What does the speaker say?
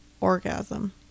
orgasm